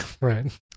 right